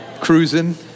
cruising